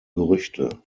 gerüchte